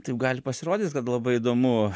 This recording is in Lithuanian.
taip gali pasirodyt kad labai įdomu